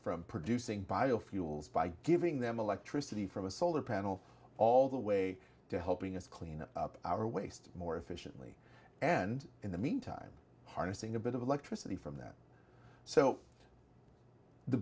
from producing biofuels by giving them electricity from a solar panel all the way to helping us clean up our waste more efficiently and in the meantime harnessing a bit of electricity from that so the